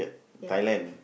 ya